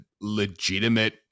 legitimate